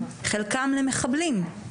חלקם למחבלים,